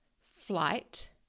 flight